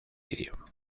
video